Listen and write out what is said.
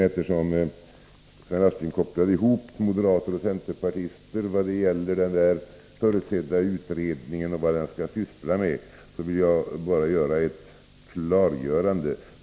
Eftersom Sven Aspling kopplade ihop moderater och centerpartister vad gäller den förutsedda utredningen och vad den skall syssla med vill jag bara göra ett klarläggande.